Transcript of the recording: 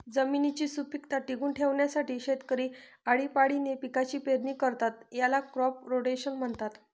जमिनीची सुपीकता टिकवून ठेवण्यासाठी शेतकरी आळीपाळीने पिकांची पेरणी करतात, याला क्रॉप रोटेशन म्हणतात